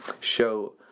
show